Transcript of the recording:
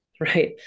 right